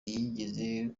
yizeye